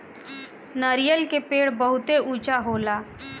नरियर के पेड़ बहुते ऊँचा होला